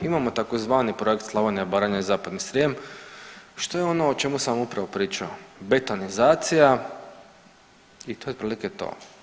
Imamo tzv. projekt „Slavonija, Baranja i Zapadni Srijem“ što je ono o čemu sam upravo pričao, betonizacija i to je otprilike to.